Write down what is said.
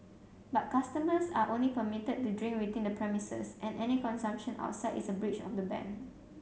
but customers are only permitted to drink within the premises and any consumption outside is a breach of the ban